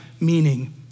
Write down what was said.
meaning